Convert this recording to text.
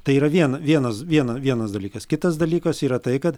tai yra vien vienas viena vienas dalykas kitas dalykas yra tai kad